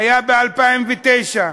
היה ב-2009.